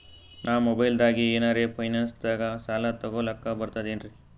ನಾ ಮೊಬೈಲ್ದಾಗೆ ಏನರ ಫೈನಾನ್ಸದಾಗ ಸಾಲ ತೊಗೊಲಕ ಬರ್ತದೇನ್ರಿ?